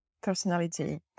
personality